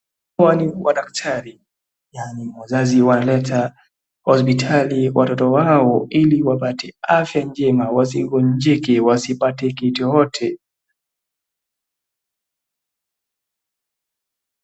Hawa ni madaktari, yaani wazazi wanaleta hosiptali watoto wao ili wapate afya njema, wasigonjeke, wasipate kitu yeyote.